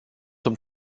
zum